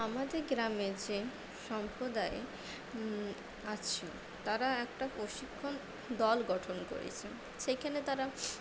আমাদের গ্রামে যে সম্প্রদায় আছে তারা একটা প্রশিক্ষণ দল গঠন করেছে সেইখানে তারা